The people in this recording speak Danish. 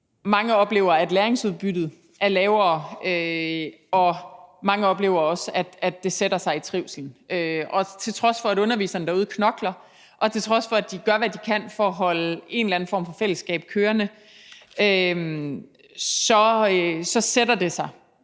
Mange oplever, at læringsudbyttet er lavere, og mange oplever også, at det sætter sig i trivslen. Til trods for at underviserne derude knokler, og til trods for at de gør, hvad de kan, for at holde en eller anden form for fællesskab kørende, så sætter det sig